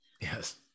Yes